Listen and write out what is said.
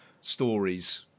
stories